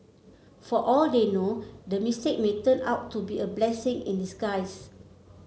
for all they know the mistake may turn out to be a blessing in disguise